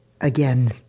again